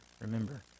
remember